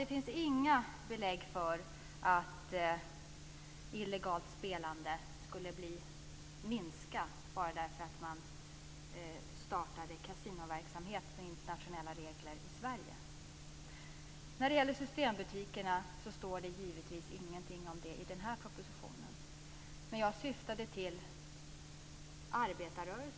Det finns inga belägg för att illegalt spelande skulle minska bara därför att det startas kasinoverksamhet med internationella regler i Sverige. Det står givetvis ingenting om systembutikerna i den här propositionen.